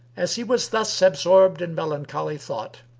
as he was thus absorbed in melancholy thought,